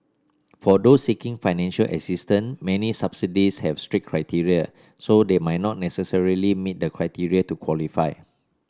for those seeking financial assistance many subsidies have strict criteria so they might not necessarily meet the criteria to qualify